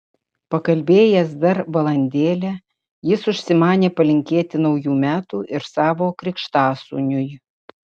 pakalbėjęs dar valandėlę jis užsimanė palinkėti naujų metų ir savo krikštasūniui